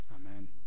Amen